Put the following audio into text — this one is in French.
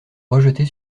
rejetée